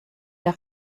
der